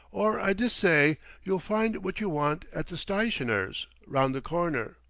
or i dessay you'll find what you want at the stytioner's, round the corner.